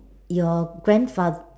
your grandfather